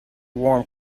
warm